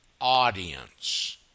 audience